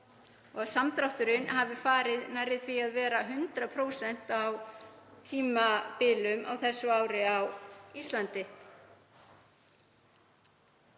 Samdrátturinn hefur farið nærri því að vera 100% á tímabilum á þessu ári á Íslandi.